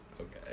Okay